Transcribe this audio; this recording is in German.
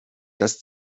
das